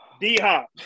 D-Hop